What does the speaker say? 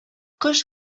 кош